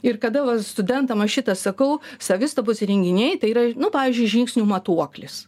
ir kada va studentam aš šitą sakau savistabos įrenginiai tai yra nu pavyzdžiui žingsnių matuoklis